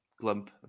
glump